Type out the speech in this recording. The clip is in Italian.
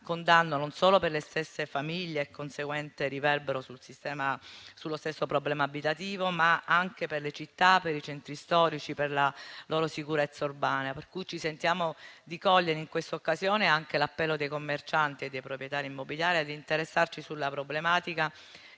con danno non solo per le stesse famiglie e conseguente riverbero sullo stesso problema abitativo, ma anche per le città, per i centri storici, per la loro sicurezza urbana. Ci sentiamo, pertanto, di cogliere in questa occasione anche l'appello dei commercianti e dei proprietari immobiliari ad interessarci sulla problematica